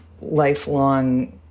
lifelong